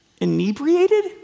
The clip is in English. inebriated